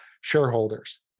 shareholders